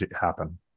happen